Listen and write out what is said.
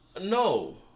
No